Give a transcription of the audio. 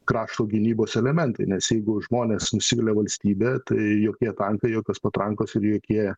krašto gynybos elementai nes jeigu žmonės nusivilia valstybe tai jokie tankai jokios patrankos ir jokie